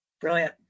Brilliant